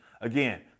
Again